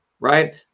right